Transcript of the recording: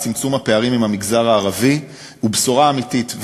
צמצום הפערים עם המגזר הערבי ובשורה אמיתית.